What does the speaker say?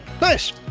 Nice